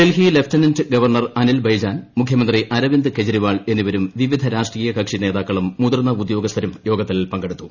Delhi lieutenant governor Anil Baijal മുഖ്യമന്ത്രി അരവിന്ദ് കെജ്രിവാൾ എന്നിവരും വിവിധ രാഷ്ട്രീയ കക്ഷിനേതാക്കളും മുതിർന്ന ഉദ്യോഗസ്ഥരും യോഗത്തിൽ പങ്കെടുത്തു